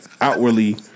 outwardly